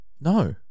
No